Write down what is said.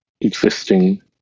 existing